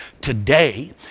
today